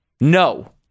No